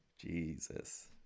Jesus